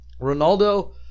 Ronaldo